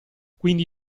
quindi